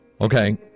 Okay